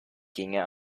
ginge